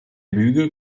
lüge